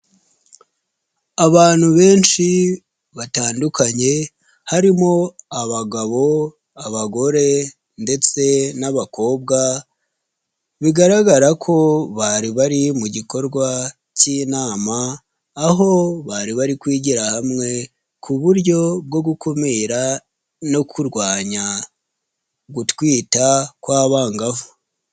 Abantu benshi batandukanye harimo abagabo, abagore, ndetse n'abakobwa bigaragara ko bari bari mu gikorwa cy'inama, aho bari bari kwigira hamwe ku buryo bwo gukumira no kurwanya gutwita kw'abangavu.